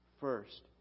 First